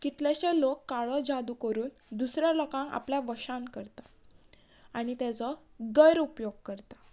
कितलेशे लोक काळो जादू करून दुसऱ्या लोकांक आपल्या वशान करता आणी तेजो गैरउपयोग करता